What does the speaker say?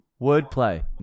wordplay